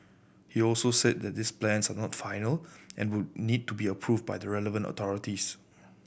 he also said that these plans are not final and would need to be approved by the relevant authorities